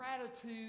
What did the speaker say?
gratitude